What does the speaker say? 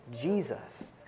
Jesus